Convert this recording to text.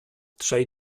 trzej